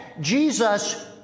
Jesus